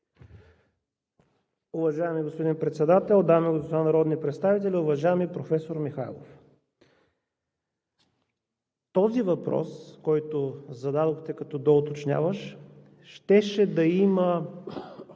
Уважаеми господин Председател, дами и господа народни представители, уважаеми професор Михайлов! Въпросът, който зададохте като доуточняващ, щеше да има